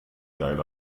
geil